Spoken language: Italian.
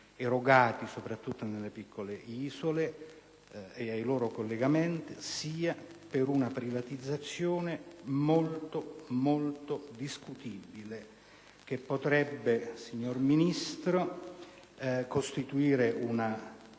erogati soprattutto nelle piccole isole e per i loro collegamenti, sia per una privatizzazione molto discutibile che potrebbe, signor Ministro, portare a